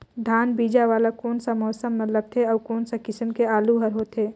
धान बीजा वाला कोन सा मौसम म लगथे अउ कोन सा किसम के आलू हर होथे?